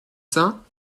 saints